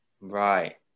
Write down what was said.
Right